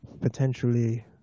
potentially